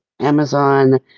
Amazon